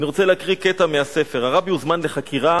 אני רוצה להקריא קטע מהספר: הרבי הוזמן לחקירה